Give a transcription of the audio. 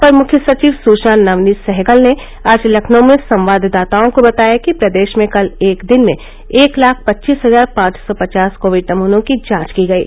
अपर मुख्य सचिव सूचना नवनीत सहगल ने आज लखनऊ में संवाददाताओं को बताया कि प्रदेश में कल एक दिन में एक लाख पच्चीस हजार पांच सौ पचास कोविड नमूनों की जांच की गयी